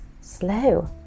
slow